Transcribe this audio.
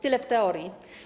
Tyle w teorii.